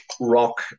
rock